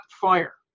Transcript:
fire